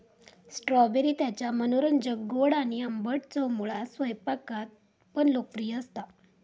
strawberry त्याच्या मनोरंजक गोड आणि आंबट चवमुळा स्वयंपाकात पण लोकप्रिय असता